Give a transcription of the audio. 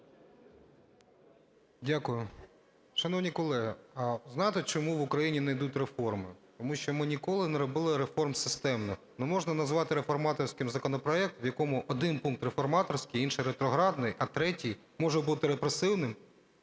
Дякую. Шановні колеги, знаєте, чому в Україні не йдуть реформи? Тому що ми ніколи не робили реформ системно. Неможна назвати реформаторським законопроект, в якому один пункт реформаторський, інший – ретроградний, а третій може бути репресивним,